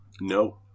no